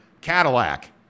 Cadillac